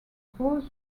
both